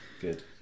good